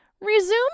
resume